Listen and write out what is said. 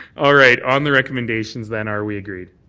all right. on the recommendations then, are we agreed?